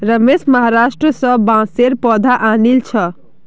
रमेश महाराष्ट्र स बांसेर पौधा आनिल छ